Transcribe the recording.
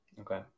Okay